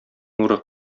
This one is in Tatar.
нуры